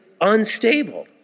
unstable